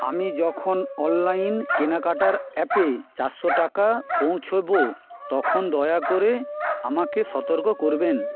আমি যখন অনলাইন কেনাকাটার অ্যাপে চারশো টাকা পৌঁছোবো তখন দয়া করে আমাকে সতর্ক করবেন